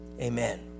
Amen